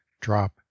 drop